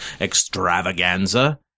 extravaganza